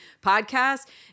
podcast